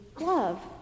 love